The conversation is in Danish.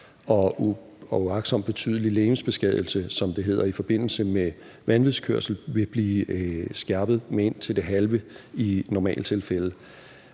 og uagtsom betydelig legemsbeskadigelse, som det hedder, i forbindelse med vanvidskørsel vil blive skærpet med op til det halve i normaltilfælde.